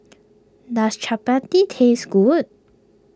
does Chapati taste good